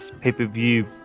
pay-per-view